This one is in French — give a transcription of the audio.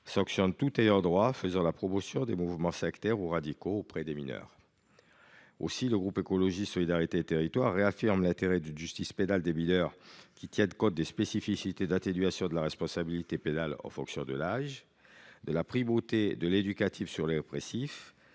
sanctionne tout ayant droit faisant la promotion des mouvements sectaires ou radicaux auprès de mineurs. Aussi, le groupe Écologiste – Solidarité et Territoires réaffirme l’intérêt d’une justice pénale des mineurs qui tienne compte des spécificités d’atténuation de la responsabilité pénale en fonction de l’âge, de la primauté de l’éducatif sur le répressif,